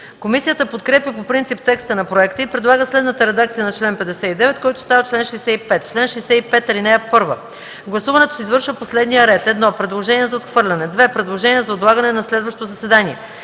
Комисията подкрепя по принцип текста на проекта и предлага следната редакция на чл. 59, който става чл. 65: „Чл. 65. (1) Гласуването се извършва по следния ред: 1. предложения за отхвърляне; 2. предложения за отлагане на следващо заседание;